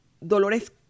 dolores